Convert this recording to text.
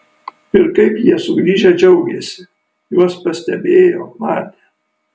ir kaip jie sugrįžę džiaugėsi juos pastebėjo matė